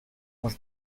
was